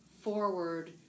forward